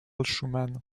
schumann